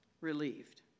relieved